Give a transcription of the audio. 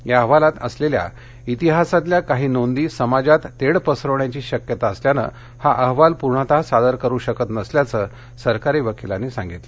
या अहवालात असलेल्या इतिहासातल्या काही नोंदी समाजात तेढ पसरवण्याची शक्यता असल्यानं हा अहवाल पूर्णतः सादर करू शकत नसल्याचं सरकारी वकिलांनी सांगितलं